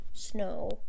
snow